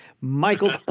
Michael